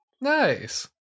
Nice